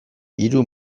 hiru